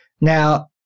Now